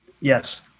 Yes